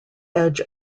edge